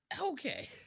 Okay